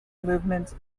movement